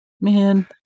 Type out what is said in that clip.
man